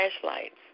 flashlights